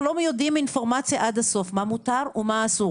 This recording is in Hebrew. לא יודעים אינפורמציה עד הסוף לגבי מה מותר ומה אסור.